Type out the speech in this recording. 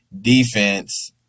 defense